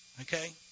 Okay